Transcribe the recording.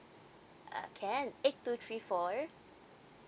uh can eight two three four